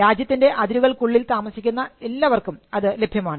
രാജ്യത്തിൻറെ അതിരുകൾക്കുള്ളിൽ താമസിക്കുന്ന എല്ലാവർക്കും അത് ലഭ്യമാണ്